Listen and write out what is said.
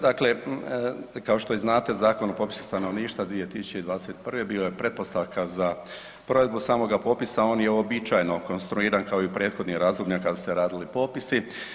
Dakle, kao što i znate, Zakon o popisu stanovništva 2021. bio je pretpostavka za provedbu samoga popisa, on je uobičajeno konstruiran kao i u prethodnim razdobljima kada su se radili popisi.